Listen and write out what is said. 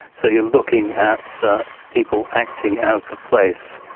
so you are looking at people acting out of place.